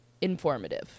informative